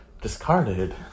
discarded